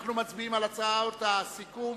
אנחנו מצביעים על הצעות הסיכום,